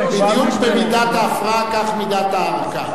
בדיוק כמידת ההפרעה כך מידת ההארכה.